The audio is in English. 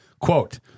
Quote